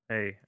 Hey